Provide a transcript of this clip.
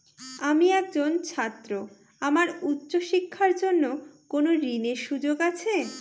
আমি একজন ছাত্র আমার উচ্চ শিক্ষার জন্য কোন ঋণের সুযোগ আছে?